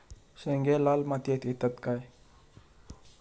शेंगे लाल मातीयेत येतत काय?